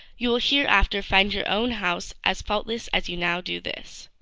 you will hereafter find your own house as faultless as you now do this.